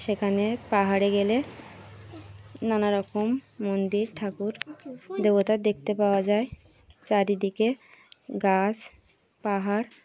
সেখানে পাহাড়ে গেলে নানা রকম মন্দির ঠাকুর দেবতার দেখতে পাওয়া যায় চারিদিকে গাছ পাহাড়